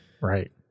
Right